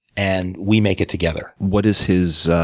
and we make it together. what is his,